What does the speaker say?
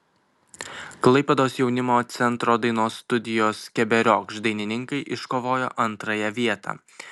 klaipėdos jaunimo centro dainos studijos keberiokšt dainininkai iškovojo antrąją vietą